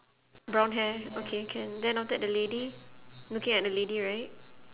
brown hair okay can then after that the lady looking at the lady right